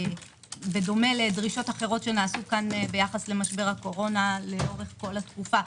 ובדומה לדרישות אחרות שנעשו כאן ביחס למשבר הקורונה לאורך כל התקופה,